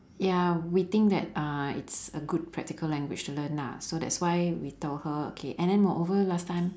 ya we think that uh it's a good practical language to learn lah so that's why we told her and then moreover last time